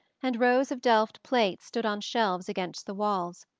and rows of delft plates stood on shelves against the walls.